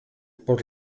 por